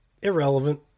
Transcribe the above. Irrelevant